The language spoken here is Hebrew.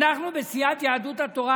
אנחנו בסיעת יהדות התורה,